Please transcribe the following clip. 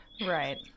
right